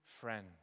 friends